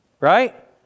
Right